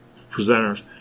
presenters